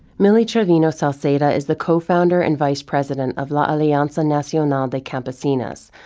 mily trevino-sauceda is the co-founder and vice president of la alianza nacional de campesinas,